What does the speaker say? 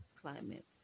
climate